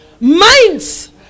Minds